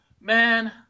man